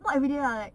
not everyday lah like